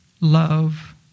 love